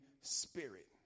spirit